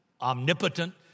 omnipotent